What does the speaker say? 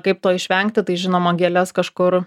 kaip to išvengti tai žinoma gėles kažkur